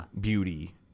beauty